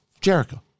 Jericho